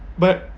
but